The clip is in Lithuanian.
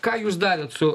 ką jūs darėt su